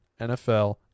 NFL